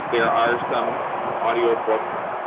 there are some audiobooks,